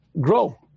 Grow